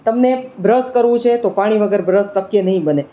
તમને બ્રશ કરવું છે તો પાણી વગર બ્રશ શક્ય નહીં બને